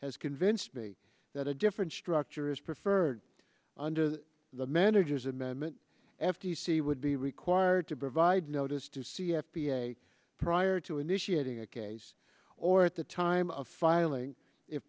has convinced me that a different structure is preferred under the manager's amendment f t c would be required to provide notice to c f b a prior to initiating a case or at the time of filing if